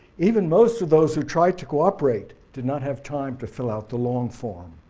even most of those who tried to cooperate did not have time to fill out the long form.